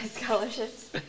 Scholarships